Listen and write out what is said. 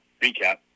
Recap